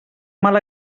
mal